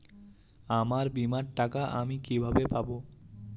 আমার বীমার টাকা আমি কিভাবে পাবো?